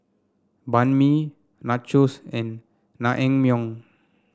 Banh Mi Nachos and Naengmyeon